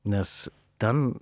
nes ten